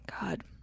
God